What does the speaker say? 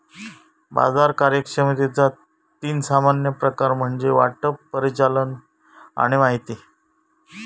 बाजार कार्यक्षमतेचा तीन सामान्य प्रकार म्हणजे वाटप, परिचालन आणि माहिती